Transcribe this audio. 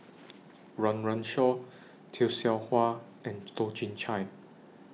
Run Run Shaw Tay Seow Huah and Toh Chin Chye